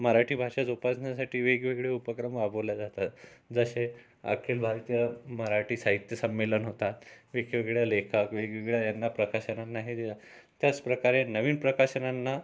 मराठी भाषा जोपासण्यासाठी वेगवेगळे उपक्रम वापरल्या जातात जसे अखिल भारतीय मराठी साहित्य संमेलनं होतात वेगवेगळ्या लेखात वेगवेगळ्या यांना प्रकाशनांना हे त्याचप्रकारे नवीन प्रकाशनांना